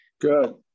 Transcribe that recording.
good